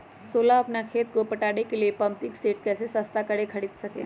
सोलह अपना खेत को पटाने के लिए पम्पिंग सेट कैसे सस्ता मे खरीद सके?